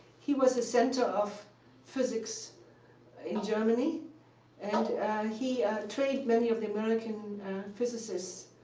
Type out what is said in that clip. he was the center of physics in germany and he trained many of the american physicists.